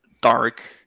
dark